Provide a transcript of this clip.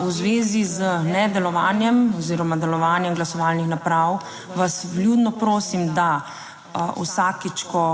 V zvezi z nedelovanjem oziroma delovanjem glasovalnih naprav vas vljudno prosim, da vsakič, ko